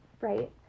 right